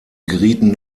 gerieten